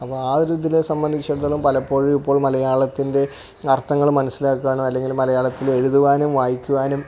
അപ്പം ആ ഒരു ഇതിനെ സംബന്ധിച്ചിടത്തോളം പലപ്പോഴും ഇപ്പോൾ മലയാളത്തിൻ്റെ അർത്ഥങ്ങൾ മനസ്സിലാക്കാനോ അല്ലെങ്കിൽ മലയാളത്തിൽ എഴുതുവാനും വായിക്കുവാനും